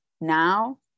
now